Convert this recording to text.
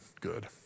good